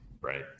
right